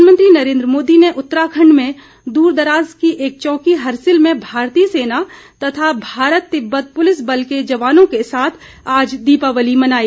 प्रधानमंत्री नरेन्द्र मोदी ने उत्तराखंड में दूर दराज की एक चौकी हरसिल में भारतीय सेना तथा भारत तिब्बत पुलिस बल के जवानों के साथ आज दीपावली मनाई